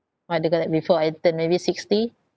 want to go there before I turn maybe sixty